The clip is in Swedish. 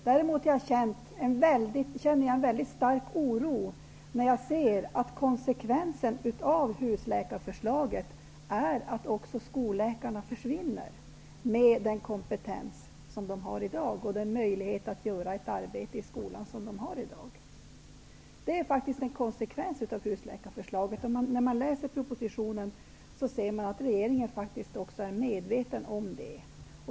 Däremot känner jag en väldigt stark oro när jag ser att konsekvensen av husläkarförslaget är att också skolläkarna försvinner, med den kompetens de har i dag och med den möjlighet att göra ett arbete i skolan som de har i dag. Det är faktiskt en konsekvens av husläkarförslaget, och när man läser propositionen ser man att regeringen faktiskt också är medveten om det.